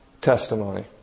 testimony